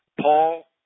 Paul